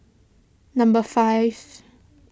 number five